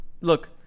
Look